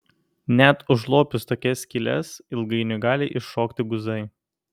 net užlopius tokias skyles ilgainiui gali iššokti guzai